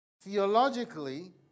theologically